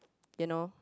you know